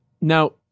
Now